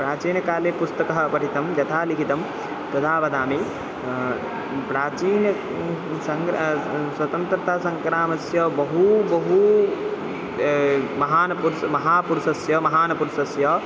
प्राचीनकाले पुस्तकं पठितं यदा लिखितं तदा वदामि प्राचीनं सङ्ग्रा स्वतन्त्रता सङ्ग्रामस्य बहु बहु महान् पुरुषः महापुरुषस्य महान् पुरुषस्य